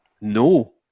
No